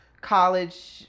college